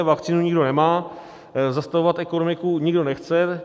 Vakcínu nikdo nemá, zastavovat ekonomiku nikdo nechce.